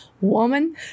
woman